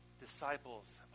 disciples